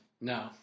No